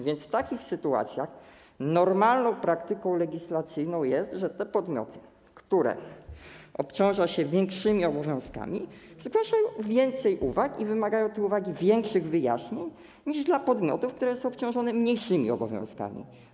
Więc w takich sytuacjach normalną praktyką legislacyjną jest, że te podmioty, które obciąża się większymi obowiązkami, zgłaszają więcej uwag i te uwagi wymagają większych wyjaśnień niż dla podmiotów, które są obciążone mniejszymi obowiązkami.